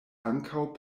ankaŭ